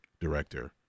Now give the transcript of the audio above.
Director